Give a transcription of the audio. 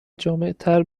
جامعتر